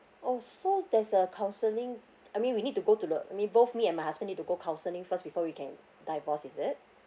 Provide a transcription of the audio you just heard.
oh so there's a counselling I mean we need to go to the I mean both me and my husband need to go counselling first before we can divorce is it